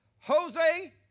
Jose